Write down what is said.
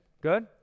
good